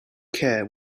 care